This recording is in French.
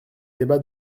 débats